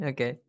Okay